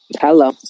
hello